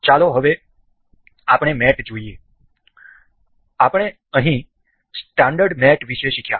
તેથી ચાલો હવે આપણે મેટ જોઈએ આપણે અહીં સ્ટાન્ડર્ડ મેટ વિશે શીખ્યા